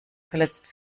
verletzt